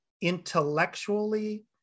intellectually